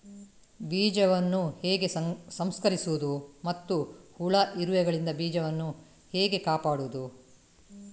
ಬೀಜವನ್ನು ಹೇಗೆ ಸಂಸ್ಕರಿಸುವುದು ಮತ್ತು ಹುಳ, ಇರುವೆಗಳಿಂದ ಬೀಜವನ್ನು ಹೇಗೆ ಕಾಪಾಡುವುದು?